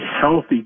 healthy